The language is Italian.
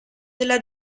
della